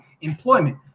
employment